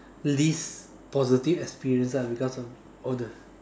least positive experience lah because of all the